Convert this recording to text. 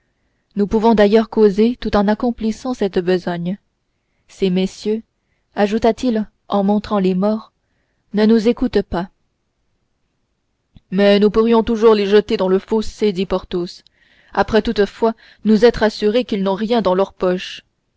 nous pouvons d'ailleurs causer tout en accomplissant cette besogne ces messieurs ajouta-t-il en montrant les morts ne nous écoutent pas mais nous pourrions toujours les jeter dans le fossé dit porthos après toutefois nous être assurés qu'ils n'ont rien dans leurs poches